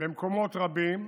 במקומות רבים